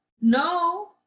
no